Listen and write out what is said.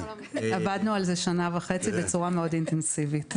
עבדנו על זה שנה וחצי בצורה מאוד אינטנסיבית.